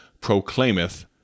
proclaimeth